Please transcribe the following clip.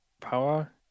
power